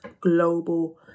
global